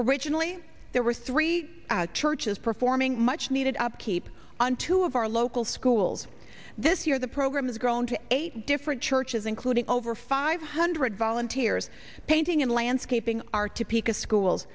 originally there were three churches performing much needed upkeep on two of our local schools this year the program has grown to a different churches including over five hundred volunteers painting and landscaping our topeka schools